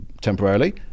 temporarily